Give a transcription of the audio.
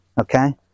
okay